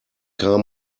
car